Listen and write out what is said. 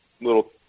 little